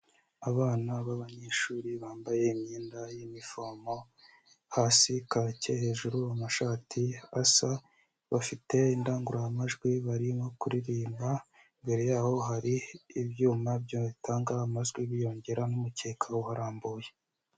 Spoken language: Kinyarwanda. Abana b'abanyeshuri bambaye imyenda y'inifomo hasi kake hejuru amashati asa bafite indangururamajwi barimo kuririmba, imbere yaho hari ibyuma bya bitanga amajwi biyongera n'umukeka ubaharambuye.